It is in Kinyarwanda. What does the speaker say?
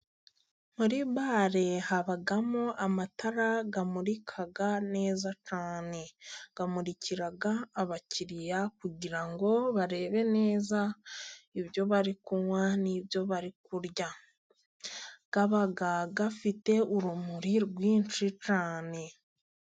Muri bare habamo amatara amurika neza cyane. Amurikira abakiriya, kugirango barebe neza ibyo bari kunywa n'ibyo bari kurya. Aba afite urumuri rwinshi cyane.